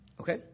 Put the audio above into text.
Okay